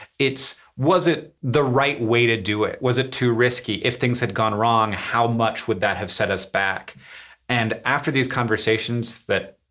it's was it the right way to do it. was it too risky? if things had gone wrong, how much would that have set us back and after these conversations that,